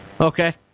Okay